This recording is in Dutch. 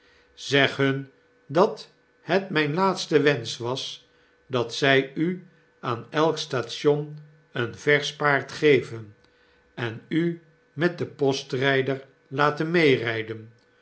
hun dat het myn laatste wensch was dat zy u aan elk station een versch paard geven en u met den postrijder laten meeryden